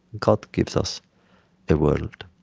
god gives us the world,